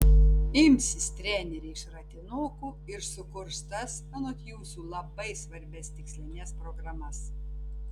imsis treneriai šratinukų ir sukurs tas anot jūsų labai svarbias tikslines programas